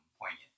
poignant